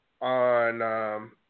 on